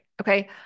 Okay